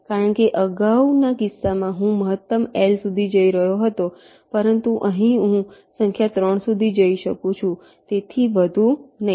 કારણ કે અગાઉના કિસ્સામાં હું મહત્તમ L સુધી જઈ રહ્યો હતો પરંતુ અહીં હું સંખ્યા 3 સુધી જઈ શકું છું તેનાથી વધુ નહીં